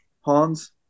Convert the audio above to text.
Hans